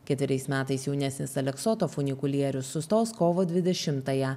ketveriais metais jaunesnis aleksoto funikulierius sustos kovo dvidešimtąją